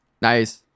Nice